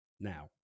now